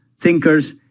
thinkers